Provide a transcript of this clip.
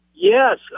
Yes